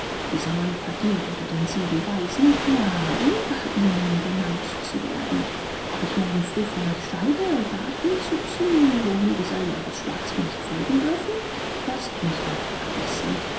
dieser mann verdient unter den sieben weisen ja über ihnen genannt zu werden ob ich morgen früh von euch scheide dahin zu ziehen wohin gesellen eures schlages mir nicht folgen dürfen laßt's mich heute vergessen